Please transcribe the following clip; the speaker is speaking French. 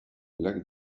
blague